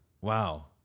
wow